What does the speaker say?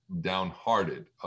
downhearted